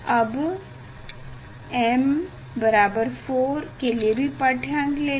अब m4 के लिए भी पाठ्यांक ले लें